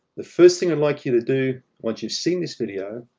the first thing i'd like you to do once you've seen this video,